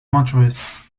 motorists